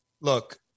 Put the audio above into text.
Look